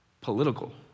political